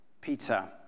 Peter